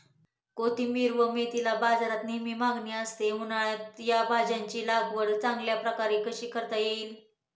कोथिंबिर व मेथीला बाजारात नेहमी मागणी असते, उन्हाळ्यात या भाज्यांची लागवड चांगल्या प्रकारे कशी करता येईल?